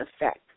effect